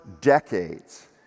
decades